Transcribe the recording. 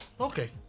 okay